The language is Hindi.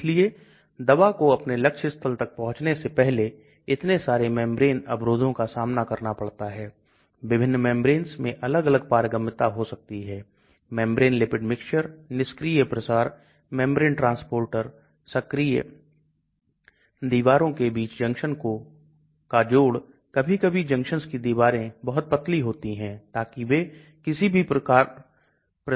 इसलिए वे LogP के आधार पर गणना करते हैं ताकि आप LogP के लिए अलग अलग मान प्राप्त कर सकें जो हमारे द्वारा उपयोग किए गए सॉफ्टवेयर के प्रकार पर निर्भर करते हैं और इसी तरह हम LogD के लिए अलग अलग मान प्राप्त कर सकते हैं जो हमारे द्वारा उपयोग किए गए सॉफ्टवेयर के प्रकार पर निर्भर करते हैं